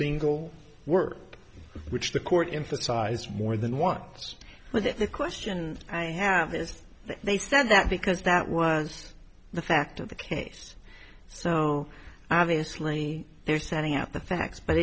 single word which the court emphasized more than once but the question i have is that they said that because that was the fact of the case so obviously they're setting out the facts but